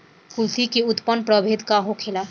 कुलथी के उन्नत प्रभेद का होखेला?